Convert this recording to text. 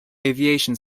aviation